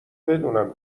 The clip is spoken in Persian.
بدونم